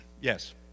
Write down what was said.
Yes